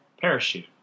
Parachute